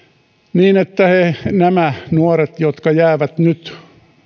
niin että nämä nuoret jotka jäävät nyt